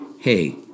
hey